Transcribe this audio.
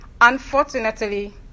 Unfortunately